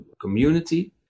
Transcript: community